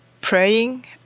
praying